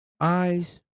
eyes